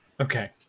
Okay